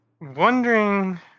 wondering